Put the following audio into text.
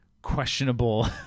questionable